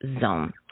zone